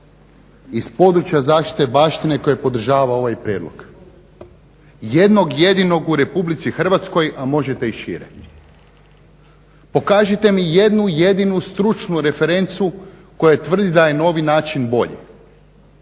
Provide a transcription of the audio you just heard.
iz područja zaštite baštine koji podržava ovaj prijedlog, jednog jedinog u RH a možete i šire. Pokažite mi jednu jedinu stručnu referencu koja tvrdi da je novi način bolji.